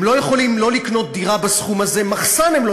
הם לא יכולים, לא לקנות דירה בסכום הזה,